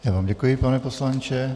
Já vám děkuji, pane poslanče.